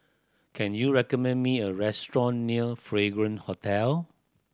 can you recommend me a restaurant near Fragrance Hotel